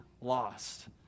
lost